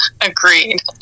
Agreed